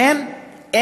לכן,